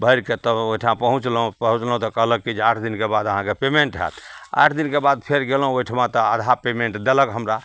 भरिके तब ओहिठाम पहुँचलहुँ पहुँचलहुँ तऽ कहलक कि आठ दिनके बाद अहाँके पेमेन्ट हैत आठ दिनके बाद फेर गेलहुँ ओहिठाम तऽ आधा पेमेन्ट देलक हमरा